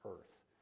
Earth